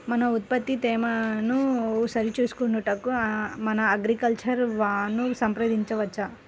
మన ఉత్పత్తి తేమను సరిచూచుకొనుటకు మన అగ్రికల్చర్ వా ను సంప్రదించవచ్చా?